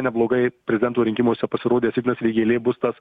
neblogai prezidento rinkimuose pasirodęs ignas vėgėlė bus tas